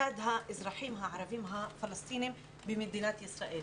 מצד האזרחים הערבים הפלסטינים במדינת ישראל.